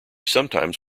sometimes